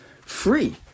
free